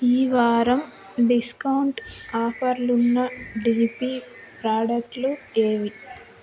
ఈ వారం డిస్కౌంట్ ఆఫర్లున్న డీపీ ప్రోడక్ట్లు ఏవి